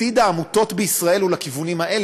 עתיד העמותות בישראל הוא בכיוונים האלה,